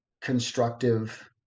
constructive